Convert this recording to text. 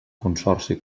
consorci